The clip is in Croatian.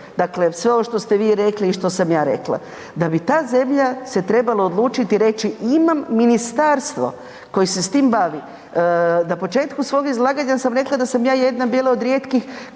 dakle sve ovo što ste vi rekli i što sam ja rekla, da bi se ta zemlja trebala odlučiti i reći imam ministarstvo koje se s tim bavi. Na početku svog izlaganja sam rekla da sam ja jedna bila od rijetkih